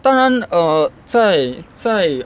当然 err 在在